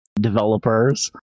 developers